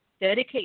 Dedicate